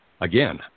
again